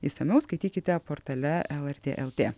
išsamiau skaitykite portale lrt lt